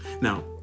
now